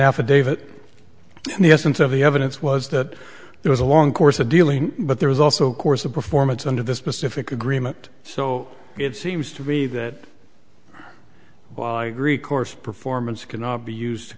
affidavit the essence of the evidence was that there was a long course of dealing but there was also course a performance under this specific agreement so it seems to be that while i agree course performance cannot be used to